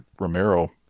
Romero